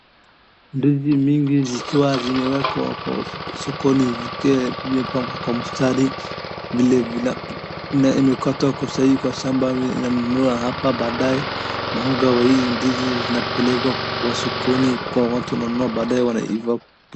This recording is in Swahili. Ndizi mingi zikiwa zimewekwa kwa sokoni zikiwa zimepangwa kwa mstari vile zinakatwa sahii kwa shamba unanunia hapa baadae hizi ndizi zinapelekwa kwa sokoni watu wananunua na baadae wanaiva.